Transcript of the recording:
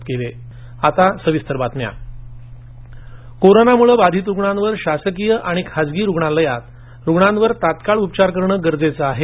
पटोले नागपर कोरोनामुळे बाधित रुग्णांवर शासकीय आणि खासगी रुग्णालयात रुग्णांवर तात्काळ उपचार करणं गरजेचं आहे